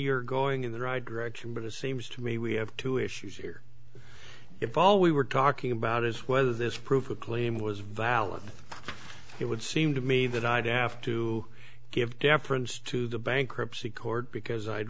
you're going in the right direction but it seems to me we have two issues here if ah we were talking about is whether this proof a claim was valid it would seem to me that i'd aft to give deference to the bankruptcy court because i'd